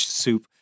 soup